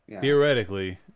theoretically